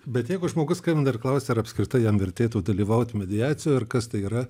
bet jeigu žmogus skambina ir klausia ar apskritai jam vertėtų dalyvaut mediacijoj ir kas tai yra